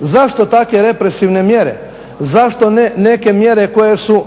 Zašto takve represivne mjere? Zašto ne neke mjere koje su